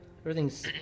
everything's